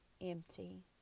empty